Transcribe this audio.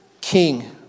King